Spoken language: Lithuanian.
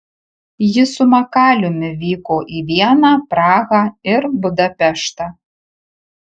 ji su makaliumi vyko į vieną prahą ir budapeštą